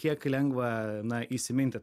kiek lengva na įsiminti